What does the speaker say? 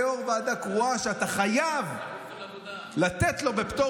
ראש ועדה קרואה שאתה חייב לתת לו בפטור